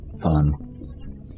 Fun